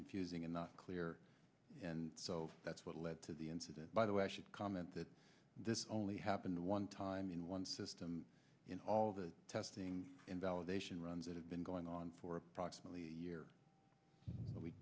confusing and not clear and so that's what led to the incident by the way i should comment that this only happened one time in one system in all the testing invalidation runs that have been going on for approximately a year we